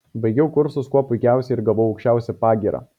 baigiau kursus kuo puikiausiai ir gavau aukščiausią pagyrą